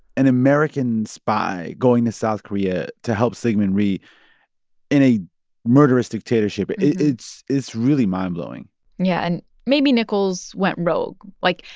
an american spy going to south korea to help syngman rhee in a murderous dictatorship. it's it's really mind-blowing yeah, and maybe nichols went rogue. like,